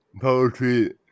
poetry